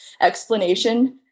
explanation